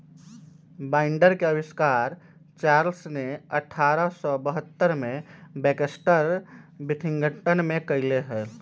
binder के आविष्कार Charles ने अठारह सौ बहत्तर में बैक्सटर विथिंगटन में कइले हल